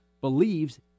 believes